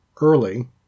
early